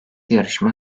yarışma